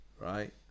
right